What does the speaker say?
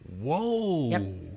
Whoa